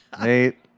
Nate